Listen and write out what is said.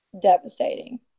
devastating